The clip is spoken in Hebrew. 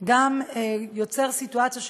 דיין אמיץ בבית-הדין בצפת נותן לה גט,